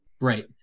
Right